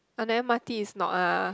on the m_r_t it's not ah